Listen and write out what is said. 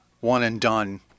one-and-done